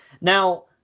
Now